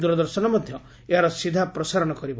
ଦୂରଦର୍ଶନ ମଧ୍ୟ ଏହାର ସିଧା ପ୍ରସାରଣ କରିବ